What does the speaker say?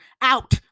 Out